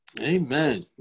Amen